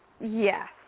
Yes